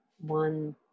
one